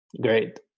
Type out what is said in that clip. great